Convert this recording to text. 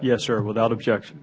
yes sir without objection